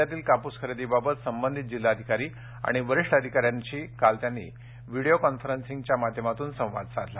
राज्यातील कापूस खरेदीबाबत संबंधित जिल्हाधिकारी आणि वरिष्ठ अधिकाऱ्यांशी काल त्यांनी व्हिडिओ कॉन्फरंसिंगच्या माध्यमातून संवाद साधला